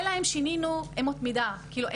אלא אם שינינו אמות מידה כאילו,